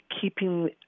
keeping